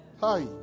hi